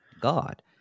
God